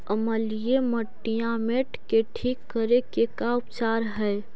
अमलिय मटियामेट के ठिक करे के का उपचार है?